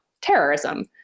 terrorism